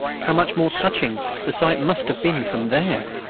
how much more touching the sight must have been from there!